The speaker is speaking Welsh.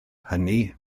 hynny